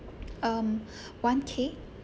um one K